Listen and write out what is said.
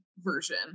version